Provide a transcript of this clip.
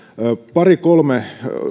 pari kolme